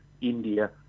India